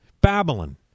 Babylon